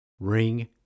ring